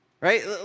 Right